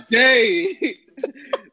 day